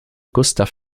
gustav